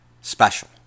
special